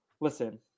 Listen